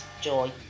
joy